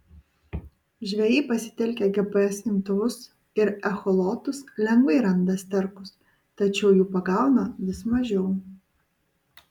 žvejai pasitelkę gps imtuvus ir echolotus lengvai randa sterkus tačiau jų pagauna vis mažiau